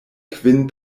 kvin